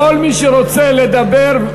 כל מי שרוצה לדבר,